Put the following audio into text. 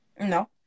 no